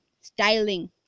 styling